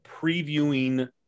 previewing